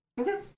Okay